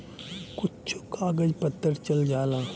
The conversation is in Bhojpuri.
कुच्छो कागज पत्तर चल जाला